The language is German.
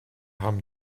haben